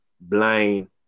blind